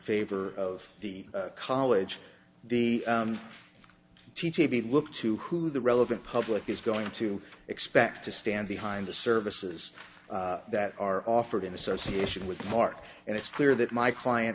favor of the college the t t p look to who the relevant public is going to expect to stand behind the services that are offered in association with mark and it's clear that my client